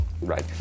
Right